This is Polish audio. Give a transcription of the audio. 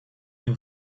nie